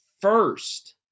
first